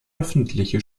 öffentliche